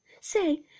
Say